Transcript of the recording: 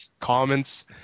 comments